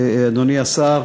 אדוני השר,